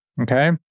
okay